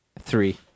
Three